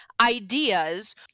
ideas